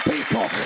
people